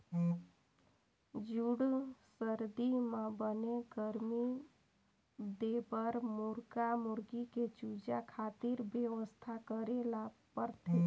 जूड़ सरदी म बने गरमी देबर मुरगा मुरगी के चूजा खातिर बेवस्था करे ल परथे